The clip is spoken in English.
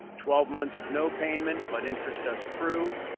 twelve months of no payment, but interest does accrue.